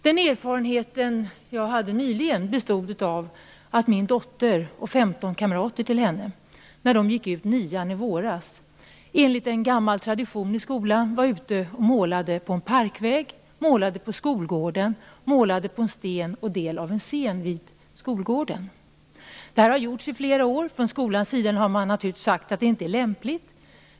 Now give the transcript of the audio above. Den erfarenhet jag hade nyligen bestod av följande. Min dotter och 15 kamrater till henne gick ut nian i våras och målade enligt en gammal tradition i skolan på en parkvägg, skolgården, en sten och del av en scen vid skolgården. Det här har gjorts under flera år. Från skolans sida har man naturligtvis sagt att det inte är lämpligt.